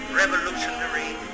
revolutionary